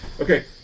Okay